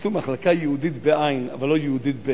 תעשו מחלקה ייעודית, אבל לא יהודית.